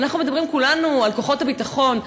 אנחנו מדברים כולנו על כוחות הביטחון,